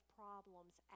problems